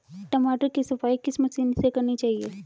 टमाटर की सफाई किस मशीन से करनी चाहिए?